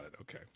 Okay